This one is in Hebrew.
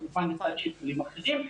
כמובן לצד שיקולים אחרים,